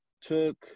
took